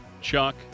Chuck